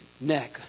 neck